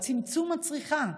צמצום הצריכה,